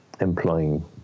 employing